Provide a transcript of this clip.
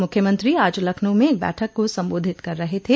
मुख्यमंत्री आज लखनऊ में एक बैठक को संबोधित कर रहे थे